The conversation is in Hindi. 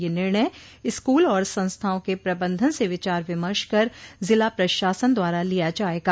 यह निर्णय स्कूल और संस्थाओं के प्रबंधन से विचार विमर्श कर जिला प्रशासन द्वारा लिया जायेगा